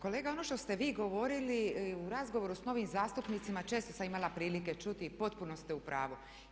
Kolega ono što ste vi govorili u razgovoru sa novim zastupnicima često sam imala prilike čuti i potpuno ste u pravu.